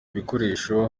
bikoresho